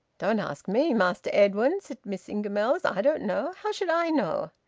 don't ask me, master edwin, said miss ingamells i don't know. how should i know?